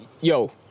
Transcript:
yo